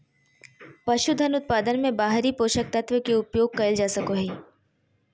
पसूधन उत्पादन मे बाहरी पोषक तत्व के उपयोग कइल जा सको हइ